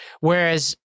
Whereas